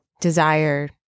desire